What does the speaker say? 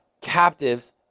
captives